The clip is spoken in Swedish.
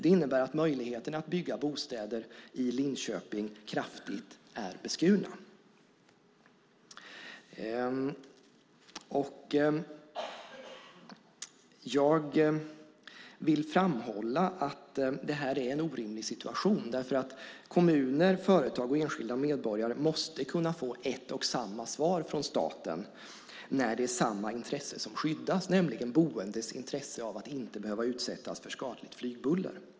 Det innebär att möjligheterna att bygga bostäder i Linköping är kraftigt beskurna. Jag vill framhålla att det är en orimlig situation. Kommuner, företag och enskilda medborgare måste kunna få ett och samma svar från staten när det är samma intresse som skyddas, nämligen boendes intresse av att inte behöva utsättas för skadligt flygbuller.